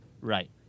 Right